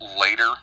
later